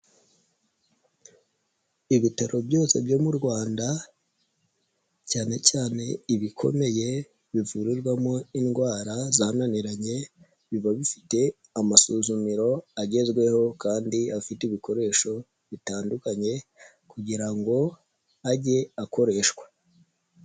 Ibitaro byose byo mu Rwanda cyane cyane ibikomeye bivurirwamo indwara zananiranye, biba bifite amasuzumiro agezweho kandi afite ibikoresho bitandukanye kugira ngo ajye akoreshwa.